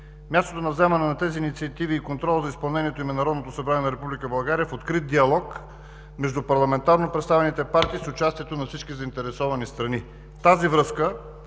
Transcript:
Мястото на заемане на тези инициативи и контролът за изпълнението им е Народното събрание на Република България в открит диалог между парламентарно представените партии с участието на всички заинтересовани страни. В тази връзка